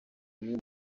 umwe